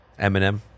Eminem